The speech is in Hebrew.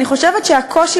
אני חושבת שהקושי